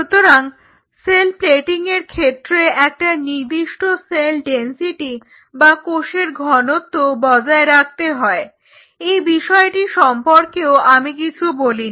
সুতরাং cell plating এর ক্ষেত্রে একটা নির্দিষ্ট সেল ডেনসিটি বা কোষের ঘনত্ব বজায় রাখতে হয় এই বিষয়টি সম্পর্কেও আমি কিছু বলিনি